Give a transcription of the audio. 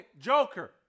Joker